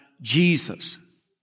Jesus